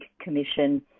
Commission